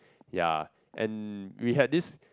ya and we had this